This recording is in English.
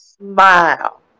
smile